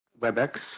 WebEx